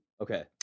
Okay